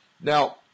Now